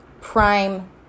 prime